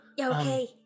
Okay